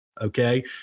Okay